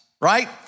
right